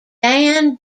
dan